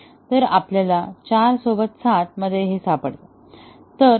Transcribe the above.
तर आपल्याला 4 सोबत 7 मध्ये हे सापडते